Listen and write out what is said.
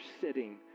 sitting